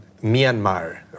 Myanmar